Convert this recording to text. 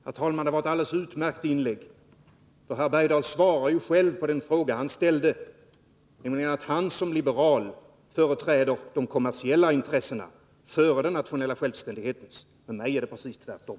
Herr talman! Det var ett alldeles utmärkt inlägg. Herr Bergdahl svarar ju själv på den fråga han ställde — nämligen att han som liberal företräder de kommersiella intressena före den nationella självständighetens. För mig är det precis tvärtom.